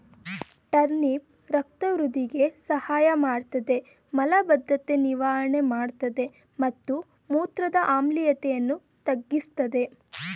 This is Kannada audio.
ಟರ್ನಿಪ್ ರಕ್ತ ವೃಧಿಗೆ ಸಹಾಯಮಾಡ್ತದೆ ಮಲಬದ್ಧತೆ ನಿವಾರಣೆ ಮಾಡ್ತದೆ ಮತ್ತು ಮೂತ್ರದ ಆಮ್ಲೀಯತೆಯನ್ನು ತಗ್ಗಿಸ್ತದೆ